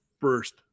first